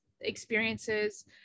experiences